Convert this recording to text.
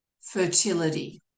fertility